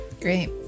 Great